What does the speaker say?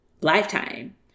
lifetime